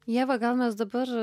ieva gal mes dabar